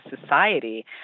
society